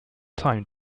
time